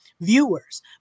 viewers